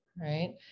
right